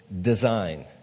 design